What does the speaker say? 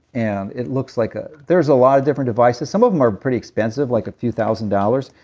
and it looks like a there's a lot of different devices. some of them are pretty expensive, like a few thousand dollars.